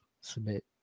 submit